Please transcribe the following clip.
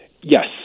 Yes